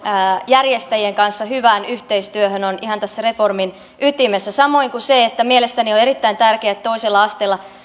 järjestäjien kanssa hyvään yhteistyöhön on ihan tässä reformin ytimessä samoin kuin se että mielestäni on erittäin tärkeää että toisella asteella